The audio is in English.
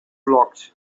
locked